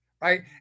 right